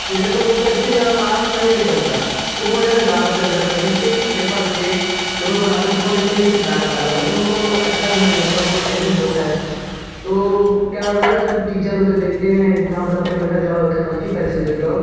अब सीधे तो वो पेंसिल और मार सही नहीं चलता वो बहुत ज़्यादा गाढ़ा चल जाता है जिससे पेपर पर जब हम लोग बनाते हैं तब वो नीचे देखते है दाग़ लगा है तो हम लोग को अच्छा भी नहीं लगता बहुत अजीब लगता है तो क्या होगा ना जब टीचर लोग जब देखते हैं तो हाँ बताते हैं कि बेटा जाओ हल्की पेंसिल ले के आओ